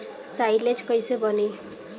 Silage कईसे बनी?